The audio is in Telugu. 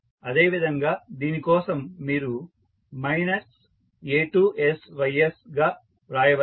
అదేవిధంగా దీని కోసం మీరు a2sy గా వ్రాయవచ్చు